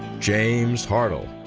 james hartle.